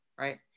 right